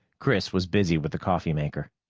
chris was busy with the coffee maker.